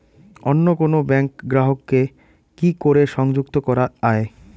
অন্য কোনো ব্যাংক গ্রাহক কে কি করে সংযুক্ত করা য়ায়?